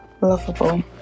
lovable